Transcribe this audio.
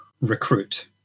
Recruit